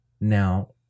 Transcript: Now